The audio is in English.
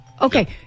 Okay